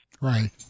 Right